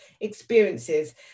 experiences